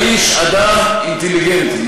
האיש אדם אינטליגנטי,